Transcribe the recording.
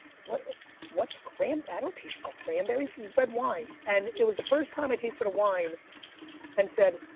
what's but what's cranberry, i don't taste cranberry, this is red wine and it was the first time i tasted a wine and said,